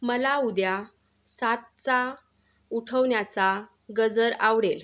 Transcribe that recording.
मला उद्या सातचा उठवण्याचा गजर आवडेल